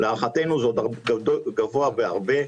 להערכתנו זה גבוה בהרבה.